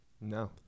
No